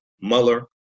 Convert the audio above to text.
Mueller